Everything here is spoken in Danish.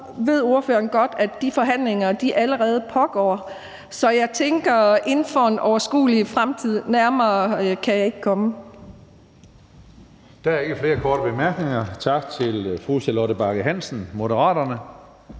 er klar over, pågår de forhandlinger allerede. Så jeg tænker, at det er inden for en overskuelig fremtid. Nærmere kan jeg ikke komme.